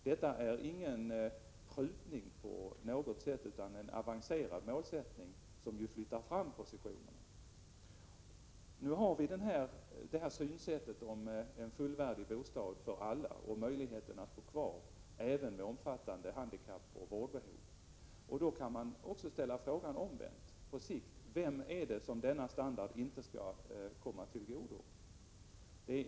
Detta är ingen prutning på något sätt, utan en avancerad målsättning som ju flyttar fram positionerna. Nu har vi detta krav på en fullvärdig bostad för alla och möjlighet att bo kvar även för den som har omfattande handikapp och vårdbehov, och då kan man omvänt ställa frågan: Vem är det på sikt som denna standard inte skall komma till godo?